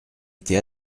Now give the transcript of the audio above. été